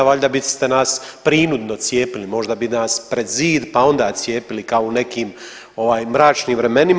Valjda biste nas prinudno cijepili, možda bi nas pred zid pa onda cijepili kao u nekim mračnim vremenima.